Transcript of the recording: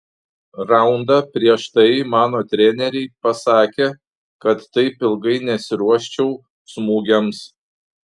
raundą prieš tai mano treneriai pasakė kad taip ilgai nesiruoščiau smūgiams